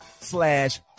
slash